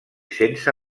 sense